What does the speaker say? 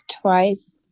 twice